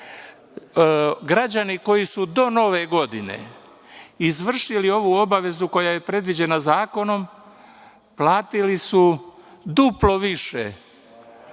Građani koji su do nove godine izvršili ovu obavezu koja je predviđena zakonom platili su duplo više,